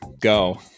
Go